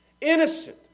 Innocent